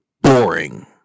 boring